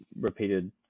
repeated